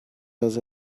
dass